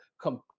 come